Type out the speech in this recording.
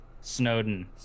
Snowden